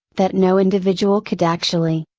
that no individual could actually,